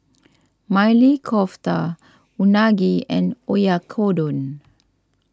Maili Kofta Unagi and Oyakodon